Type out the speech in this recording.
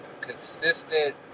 consistent